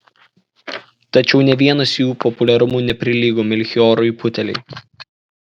tačiau nė vienas jų populiarumu neprilygo melchijorui putelei